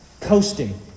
Coasting